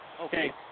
Okay